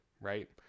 Right